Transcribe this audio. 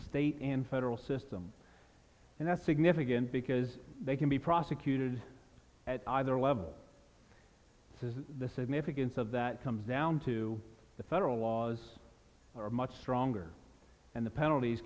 state and federal system and that's significant because they can be prosecuted at either level the significance of that comes down to the federal laws are much stronger and the penalties